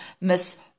Miss